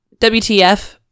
WTF